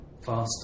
faster